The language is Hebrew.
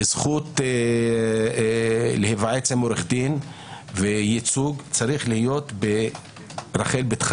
זכות להיוועץ עם עורך דין וייצוג צריך להיות ברחל בתך